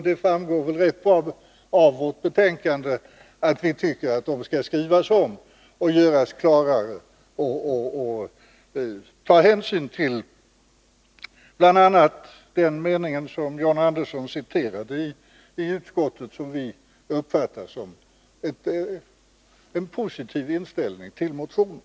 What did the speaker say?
Det framgår väl också rätt väl av vårt betänkande att vi tycker att de skall skrivas om och göras klarare, varvid hänsyn bl.a. bör tas till den mening som John Andersson citerade ur utskottets betänkande och som vi uppfattat som uttryck för en positiv inställning till motionen.